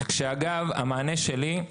דרך אגב, המענה שלי הוא